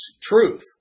truth